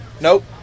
Nope